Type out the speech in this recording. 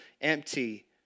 empty